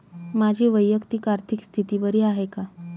माझी वैयक्तिक आर्थिक स्थिती बरी आहे का?